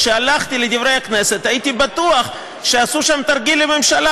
כשהלכתי לדברי הכנסת הייתי בטוח שעשו שם תרגיל לממשלה,